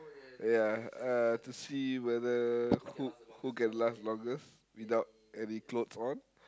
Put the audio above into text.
ya uh to see whether who who can last longer without any clothes on